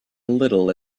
little